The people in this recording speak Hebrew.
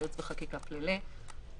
ייעוץ וחקיקה כללי.